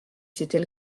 c’était